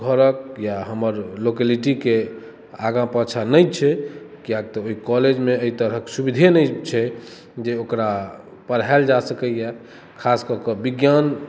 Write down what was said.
घरके या हमर लोकेलिटीके आगाँ पाछाँ नहि छै किएक तऽ ओहि कॉलेजमे एहि तरहक सुविधे नहि छै जे ओकरा पढ़ायल जा सकैए खास कए कऽ विज्ञान